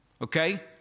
Okay